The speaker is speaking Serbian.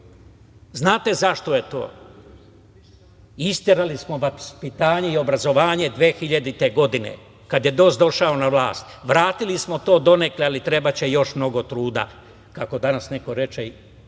Znate zašto je to? Isterali smo vaspitanje i obrazovanje 2000. godine, kada je DOS došao na vlast. Vratili smo to donekle, ali trebaće još mnogo truda, kako danas neko reče,